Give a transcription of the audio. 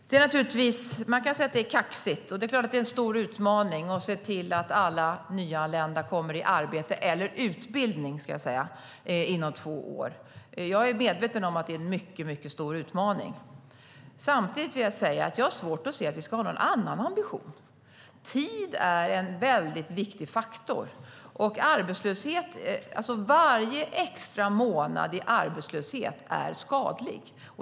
Herr talman! Man kan säga att det är kaxigt och det är klart att det är en stor utmaning att se till att alla nyanlända kommer i arbete eller i utbildning inom två år. Jag är medveten om att det är en mycket stor utmaning. Samtidigt har jag svårt att se att vi ska ha någon annan ambition. Tid är en väldigt viktig faktor. Varje extra månad i arbetslöshet är skadlig.